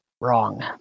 wrong